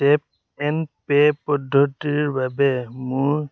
tap and pay পদ্ধতিৰ বাবে মোৰ